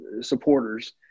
supporters